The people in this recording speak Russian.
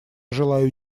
желаю